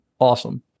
Awesome